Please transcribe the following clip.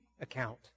account